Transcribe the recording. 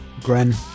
Gren